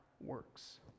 works